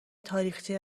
تاریخچه